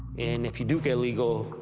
and if you do get legal,